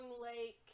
Lake